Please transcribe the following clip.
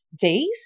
Days